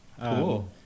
Cool